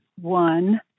one